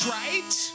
right